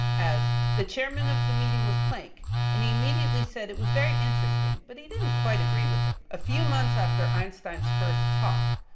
as the chairman of the meeting was planck and he immediately said it was very interesting, but he didn't quite agree with it. a few months after einstein's first talk,